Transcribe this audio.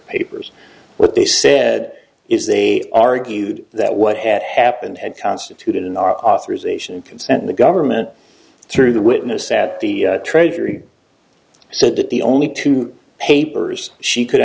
papers what they said is they argued that what had happened had constituted in our authorization consent in the government through the witness at the treasury so that the only two papers she could